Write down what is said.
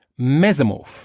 mesomorph